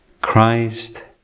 Christ